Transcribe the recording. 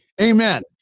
Amen